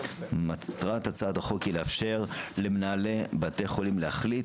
מטרת הצעת החוק היא לאפשר למנהלי בתי חולים להחליט